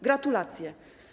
Gratulacje!